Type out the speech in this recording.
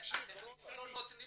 אתה חושב שאנחנו קיבלנו